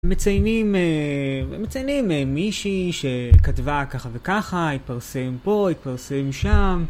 מציינים מישהי שכתבה ככה וככה, התפרסם פה, התפרסם שם.